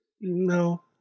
No